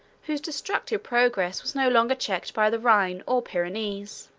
whose destructive progress was no longer checked by the rhine or pyrenees.